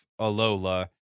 Alola